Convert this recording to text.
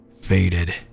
faded